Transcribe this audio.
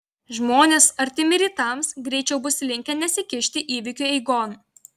žmonės artimi rytams greičiau bus linkę nesikišti įvykių eigon